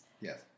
Yes